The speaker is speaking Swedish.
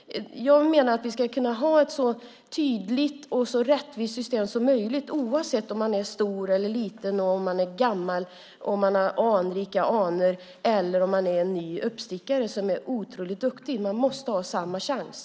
Jag menar att vi ska kunna ha ett sådant tydligt och så rättvist system som möjligt, oavsett om det handlar om en stor eller liten högskola, om man har gamla anor eller är en ny uppstickare som är otroligt duktig. Man måste ha samma chans!